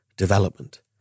development